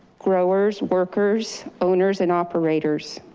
growers, workers, owners, and operators.